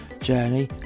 Journey